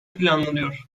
planlanıyor